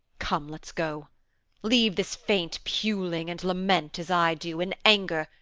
come, let's go leave this faint puling and lament as i do, in anger,